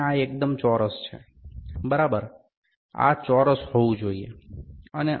અને આ એકદમ ચોરસ છે બરાબર આ ચોરસ હોવું જોઈએ